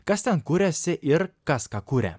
kas ten kuriasi ir kas ką kuria